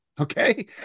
Okay